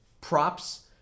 props